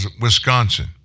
Wisconsin